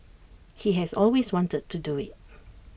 he has always wanted to do IT